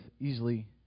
easily